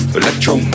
electro